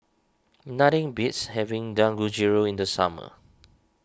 nothing beats having Dangojiru in the summer